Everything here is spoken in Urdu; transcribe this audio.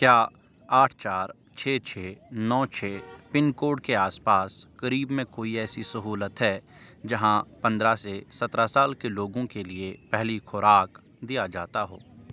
کیا آٹھ چار چھ چھ نو چھ پن کوڈ کے آس پاس قریب میں کوئی ایسی سہولت ہے جہاں پندرہ سے سترہ سال کے لوگوں کے لیے پہلی خوراک دیا جاتا ہو